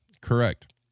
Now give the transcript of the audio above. correct